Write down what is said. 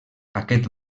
aquest